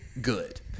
good